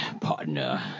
partner